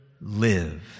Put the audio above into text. live